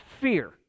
fear